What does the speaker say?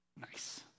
nice